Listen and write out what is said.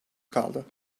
kaldı